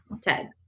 Ted